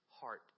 heart